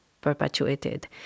perpetuated